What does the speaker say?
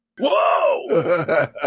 Whoa